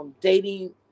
dating